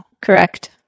Correct